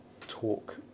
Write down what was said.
talk